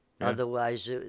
Otherwise